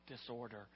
disorder